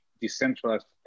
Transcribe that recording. decentralized